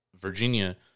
Virginia